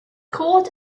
cord